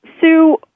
Sue